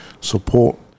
support